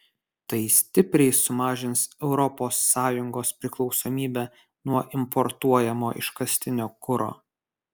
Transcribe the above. tai stipriai sumažins europos sąjungos priklausomybę nuo importuojamo iškastinio kuro